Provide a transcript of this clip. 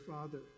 father